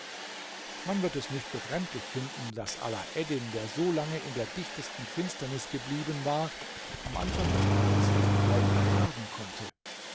man wird es nicht befremdlich finden daß alaeddin der solange in der dichtesten finsternis geblieben war am anfang das tageslicht kaum ertragen konnte